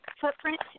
footprint